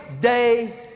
day